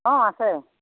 অঁ আছে